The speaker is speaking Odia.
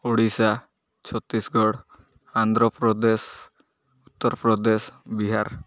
ଓଡ଼ିଶା ଛତିଶଗଡ଼ ଆନ୍ଧ୍ରପ୍ରଦେଶ ଉତ୍ତରପ୍ରଦେଶ ବିହାର